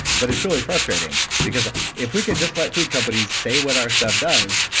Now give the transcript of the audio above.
but it's really frustrating, because if we could just let food companies say what our stuff does,